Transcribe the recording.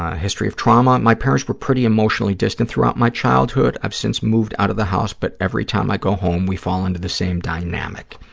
history of trauma? my parents were pretty emotionally distant throughout my childhood. i've since moved out of the house but every time i go home we fall into the same dynamic.